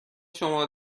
شما